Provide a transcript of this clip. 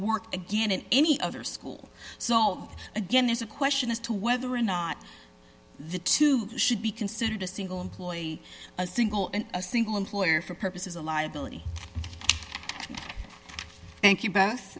work again in any other school so again there's a question as to whether or not the two should be considered a single employee a single and a single employer for purposes of liability thank you both